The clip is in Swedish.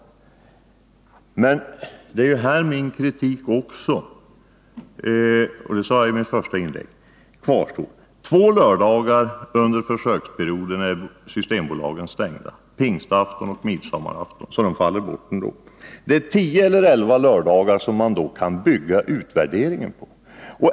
Men min kritik kvarstår också på den här punkten. Två lördagar under försöksperioden skulle systembutikerna ändå ha varit stängda — pingstafton och midsommarafton. Det är alltså bara tio eller elva lördagar som man kan bygga en utvärdering på.